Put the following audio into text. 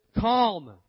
calm